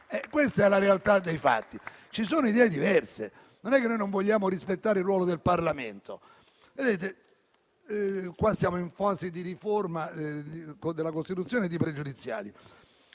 Questa è la realtà dei fatti. Ci sono idee diverse, non è che noi non vogliamo rispettare il ruolo del Parlamento. Ora siamo in fase di esame delle questioni pregiudiziali